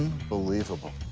unbelievable.